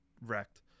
wrecked